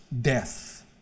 death